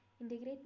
integrate